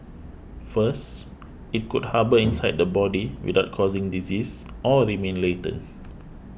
first it could harbour inside the body without causing disease or remain latent